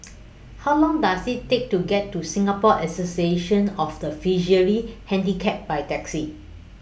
How Long Does IT Take to get to Singapore Association of The Visually Handicapped By Taxi